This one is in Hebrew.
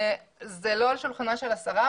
זה לא על שולחנה של השרה,